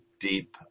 deep